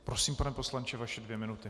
Prosím, pane poslanče, vaše dvě minuty.